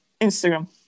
Instagram